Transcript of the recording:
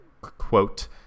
quote